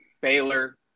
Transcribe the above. baylor